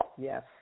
Yes